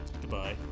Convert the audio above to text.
goodbye